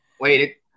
Wait